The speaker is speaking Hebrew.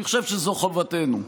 אני חושב שזו חובתנו.